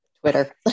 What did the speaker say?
Twitter